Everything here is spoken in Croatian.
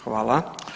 Hvala.